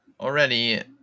already